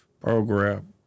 Program